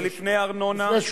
זה לפני ארנונה,